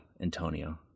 Antonio